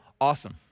awesome